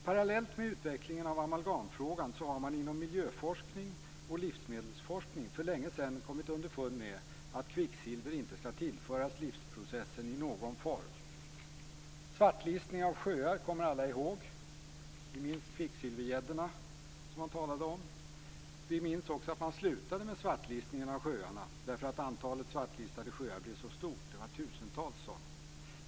Parallellt med utvecklingen av amalgamfrågan har man inom miljöforskning och livsmedelsforskning för länge sedan kommit underfund med att kvicksilver inte skall tillföras livsprocessen i någon form. Svartlistning av sjöar kommer alla ihåg. Vi minns kvicksilvergäddorna. Man slutade med svartlistningen av sjöarna därför att antalet svartlistade sjöar blev för stort - det var tusentals.